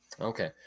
Okay